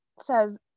says